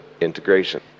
integration